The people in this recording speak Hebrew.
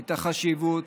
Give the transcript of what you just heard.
את החשיבות,